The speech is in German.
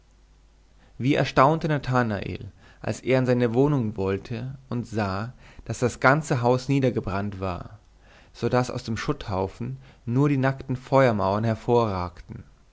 wie erstaunte nathanael als er in seine wohnung wollte und sah daß das ganze haus niedergebrannt war so daß aus dem schutthaufen nur die nackten feuermauern hervorragten